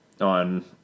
on